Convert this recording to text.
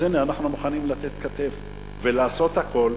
אז הנה, אנחנו מוכנים לתת כתף ולעשות הכול.